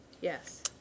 Yes